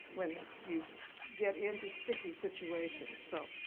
when you get into sticky situations. so,